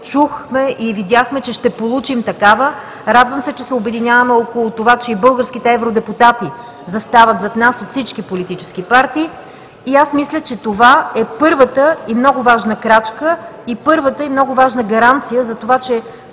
чухме и видяхме, че ще получим такава. Радвам се, че се обединяваме около това, че и българските евродепутати от всички политически партии застават зад нас. Мисля, че това е първата и много важна крачка, и първата и много важна гаранция за това, че